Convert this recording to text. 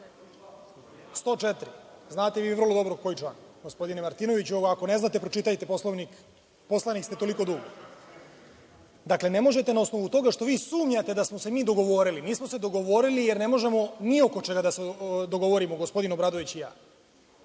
104, znate vi vrlo dobro koji član, gospodine Martinoviću, a ako ne znate, pročitajte Poslovnik, poslanik ste toliko dugo. Dakle, ne možete na osnovu toga što vi sumnjate da smo se mi dogovorili. Nismo se dogovorili jer ne možemo ni oko čega da se dogovorimo gospodin Obradović i ja.